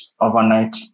overnight